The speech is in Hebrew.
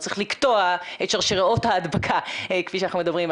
צריך לקטוע את שרשראות ההדבקה כפי שאנחנו מדברים,